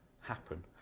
happen